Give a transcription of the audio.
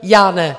Já ne.